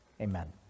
Amen